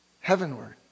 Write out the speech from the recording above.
heavenward